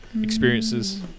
experiences